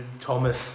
Thomas